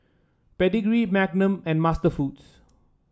Pedigree Magnum and MasterFoods